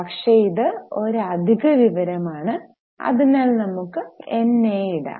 പക്ഷേ ഇത് ഒരു അധിക വിവരമാണ് അതിനാൽ നമുക്ക് NA ഇടാം